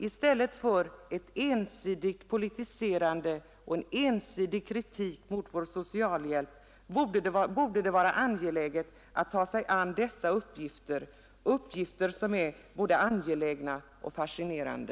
I stället för att ägna sig åt ett ensidigt politiserande och en ensidig kritik mot vår socialhjälp borde det vara angeläget att ta sig an dessa uppgifter — uppgifter som är både angelägna och fascinerande.